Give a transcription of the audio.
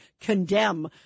condemn